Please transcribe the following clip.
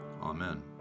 Amen